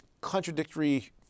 contradictory